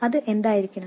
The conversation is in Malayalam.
അത് എന്തായിരിക്കണം